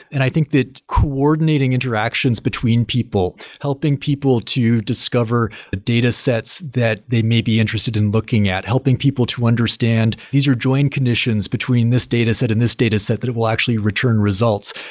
and i think that coordinating interactions between people, helping people to discover datasets that they may be interested in looking at, helping people to understand these are joined conditions between this data set and this data set, that it will actually return results,